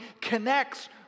connects